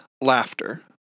laughter